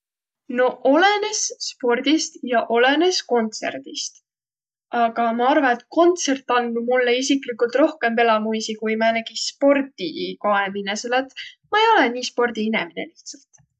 No olõnõs spordist ja olõnõs kontsõrdist. Aga ma arva, et kontsõrt anduq mullõ isiklikult rohkõmb elämüisi, kui määnegi spordikaeminõ, selle et ma ei olõq nii sprodiinemine lihtsält.